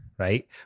Right